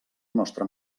nostre